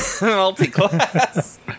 Multi-class